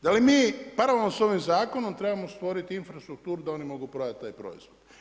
Da li mi paralelno sa ovim zakonom trebamo stvoriti infrastrukturu da oni mogu prodati taj proizvod.